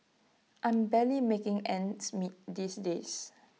I'm barely making ends meet these days